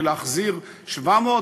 ולהחזיר 700,